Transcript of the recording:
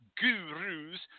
gurus